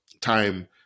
time